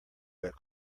but